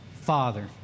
father